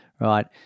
right